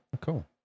cool